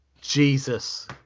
jesus